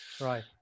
Right